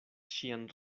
ŝian